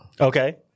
Okay